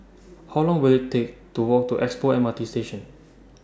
How Long Will IT Take to Walk to Expo M R T Station